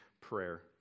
prayer